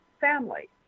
family